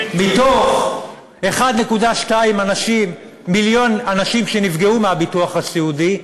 מתוך 1.2 מיליון אנשים שנפגעו מהביטוח הסיעודי,